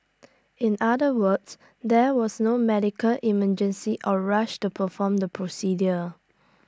in other words there was no medical emergency or rush to perform the procedure